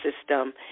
system